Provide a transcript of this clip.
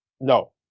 No